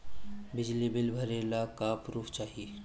बिजली बिल भरे ला का पुर्फ चाही?